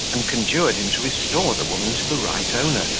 and conjured him to restore the woman to the right owner,